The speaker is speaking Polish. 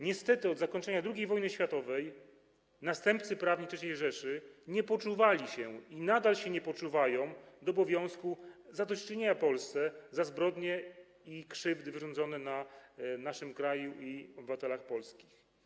Niestety po zakończeniu II wojny światowej następcy prawni III Rzeszy nie poczuwali się i nadal się nie poczuwają do obowiązku zadośćuczynienia Polsce za zbrodnie i krzywdy wyrządzone naszemu krajowi i obywatelom polskim.